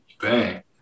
Bang